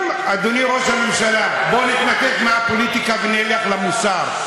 בואו נתנתק מהפוליטיקה ונלך למוסר,